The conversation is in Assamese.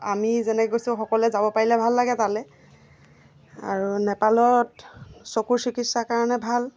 আমি যেনে গৈছোঁ সকলোৱে যাব পাৰিলে ভাল লাগে তালৈ আৰু নেপালত চকুৰ চিকিৎসাৰ কাৰণে ভাল